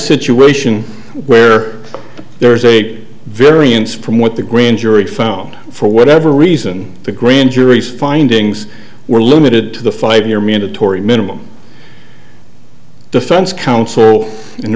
situation where there is a variance from what the grand jury found for whatever reason the grand jury findings were limited to the five year mandatory minimum defense counsel and the